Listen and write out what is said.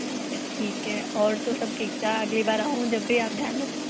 अच्छा ठीक है और तो सब ठीक था अगली बार आऊं जब भी आप ध्यान रखना